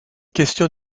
question